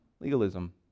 Legalism